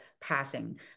passing